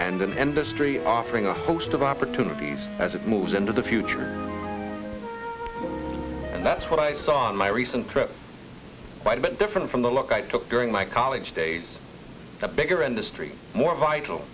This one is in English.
and the street offering a host of opportunities as it moves into the future that's what i saw in my recent trip quite a bit different from the look i took during my college days a bigger industry more vital